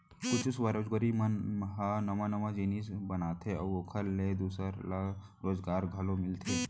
कुछ स्वरोजगारी मन ह नवा नवा जिनिस बनाथे अउ ओखर ले दूसर ल रोजगार घलो मिलथे